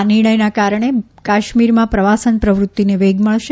આ નિર્ણયના કારણે કાશ્મીરમાં પ્રવાસન પ્રવૃત્તિને વેગ મળશે